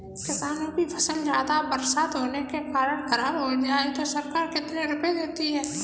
किसानों की फसल ज्यादा बरसात होने के कारण खराब हो जाए तो सरकार कितने रुपये देती है?